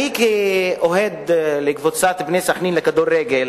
כאוהד קבוצת "בני סח'נין" בכדורגל